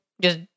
Just-